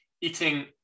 eating